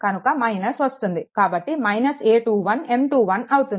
కనుక వస్తుంది కాబట్టి a21M21 అవుతుంది